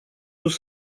vrut